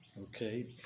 Okay